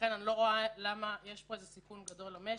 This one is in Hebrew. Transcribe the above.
לכן אני לא רואה למה יש פה סיכון גדול למשק.